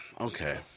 Okay